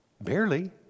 Barely